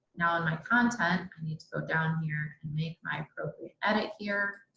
now in my content i need to go down here and make my appropriate edit here,